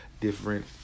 different